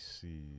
see